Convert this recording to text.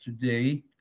today